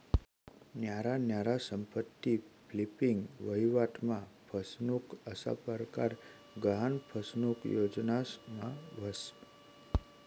न्यारा न्यारा संपत्ती फ्लिपिंग, वहिवाट मा फसनुक असा परकार गहान फसनुक योजनास मा व्हस